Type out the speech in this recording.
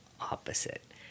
opposite